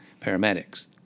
paramedics